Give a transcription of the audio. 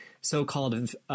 so-called